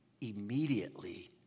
immediately